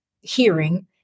hearing